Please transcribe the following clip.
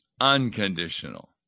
unconditional